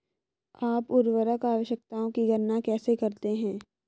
आप उर्वरक आवश्यकताओं की गणना कैसे करते हैं?